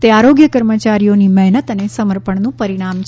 તે આરોગ્ય કર્મચારીઓની મહેનત અને સમર્પણનું પરિણામ છે